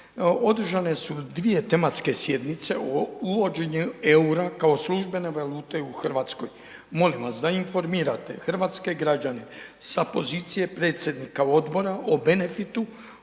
Održane su dvije tematske sjednice o uvođenju eura kao službene valute u Hrvatskoj. Molim vas da informirate hrvatske građane sa pozicije predsjednika odbora o benefitu